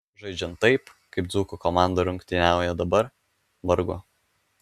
žaidžiant taip kaip dzūkų komanda rungtyniauja dabar vargu